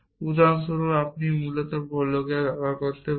উদাহরণস্বরূপ আপনি মূলত প্রোলগে করতে পারেন